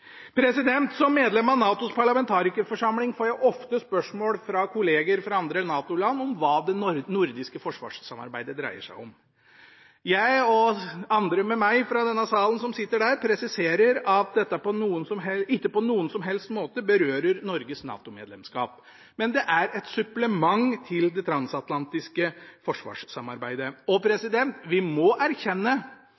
Som medlem av NATOs parlamentarikerforsamling får jeg ofte spørsmål fra kolleger fra andre NATO-land om hva det nordiske forsvarssamarbeidet dreier seg om. Jeg og andre med meg i denne salen som sitter der, presiserer at dette ikke på noen som helst måte berører Norges NATO-medlemskap. Det er et supplement til det transatlantiske forsvarssamarbeidet.